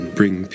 bring